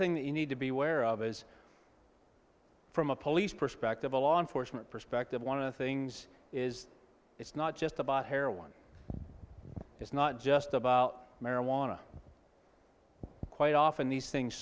thing that you need to be aware of is from a police perspective a law enforcement perspective one of the things is it's not just about heroin it's not just about marijuana quite often these things